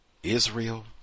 Israel